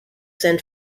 sent